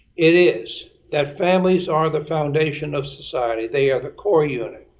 it is that families are the foundation of society. they are the core unit.